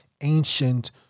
ancient